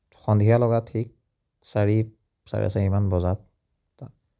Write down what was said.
সন্ধিয়া লগা ঠিক চাৰি চাৰে চাৰিমান বজাত তাত